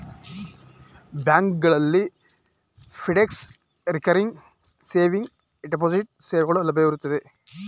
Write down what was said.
ಬ್ಯಾಂಕ್ಗಳಲ್ಲಿ fixed, recurring saving, deposit ಸೇವೆಗಳು ಲಭ್ಯವಿರುತ್ತವೆ